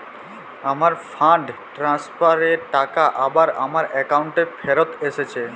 আমার fund transfer এর টাকা আবার আমার একাউন্টে ফেরত এসেছে